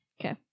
Okay